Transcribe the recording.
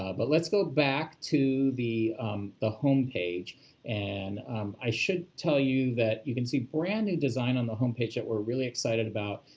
ah but let's go back to the the homepage and i should tell you that you can see brand new design on the homepage that we're really excited about,